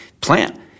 plant